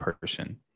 person